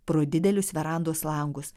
pro didelius verandos langus